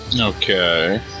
Okay